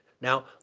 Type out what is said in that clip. Now